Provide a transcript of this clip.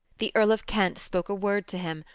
the earl of kent spoke a word to him,